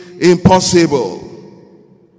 impossible